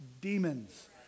demons